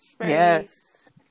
Yes